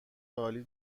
عالی